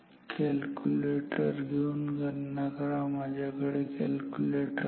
calculator घेऊन गणना करा माझ्याकडे कॅलकुलेटर नाही